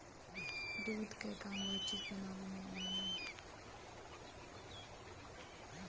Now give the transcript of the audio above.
दूध क काम बहुत चीज बनावे में आवेला